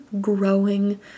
growing